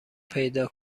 پیدا